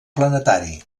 planetari